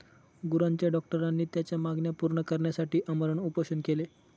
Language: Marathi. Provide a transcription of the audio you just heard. गुरांच्या डॉक्टरांनी त्यांच्या मागण्या पूर्ण करण्यासाठी आमरण उपोषण केले